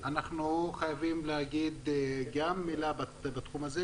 אנחנו חייבים להגיד גם מילה בתחום הזה,